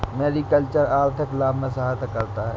mariculture आर्थिक लाभ में सहायता करता है